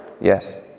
Yes